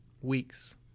weeks